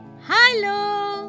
Hello